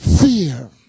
fear